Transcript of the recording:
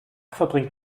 verbringt